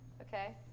Okay